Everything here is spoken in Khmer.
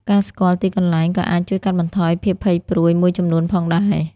ការស្គាល់ទីកន្លែងក៏អាចជួយកាត់បន្ថយភាពភ័យព្រួយមួយចំនួនផងដែរ។